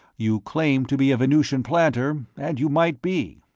you claim to be a venusian planter, and you might be.